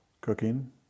Cooking